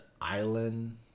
Island